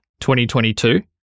2022